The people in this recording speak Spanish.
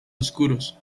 oscuros